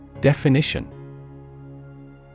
Definition